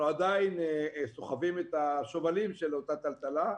אנחנו עדיין סוחבים את השובלים של אותה טלטלה,